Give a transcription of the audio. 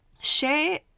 share